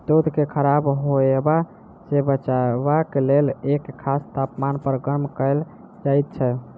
दूध के खराब होयबा सॅ बचयबाक लेल एक खास तापमान पर गर्म कयल जाइत छै